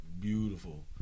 beautiful